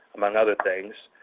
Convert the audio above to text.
among other things.